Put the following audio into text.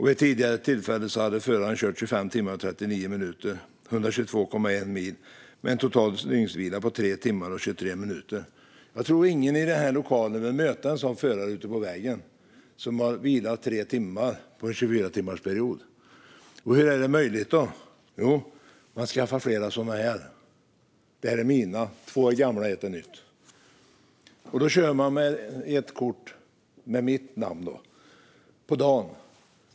Vid ett tidigare tillfälle hade föraren kört 25 timmar och 39 minuter - 122,1 mil - med en total dygnsvila på 3 timmar och 23 minuter. Jag tror inte att någon i denna lokal vill möta en förare ute på vägen som har vilat i 3 timmar under en 24-timmarsperiod. Hur är det möjligt? Jo, de skaffar flera förarkort. Då kör de med ett kort med sitt eget namn på dagen.